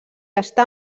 està